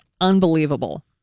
unbelievable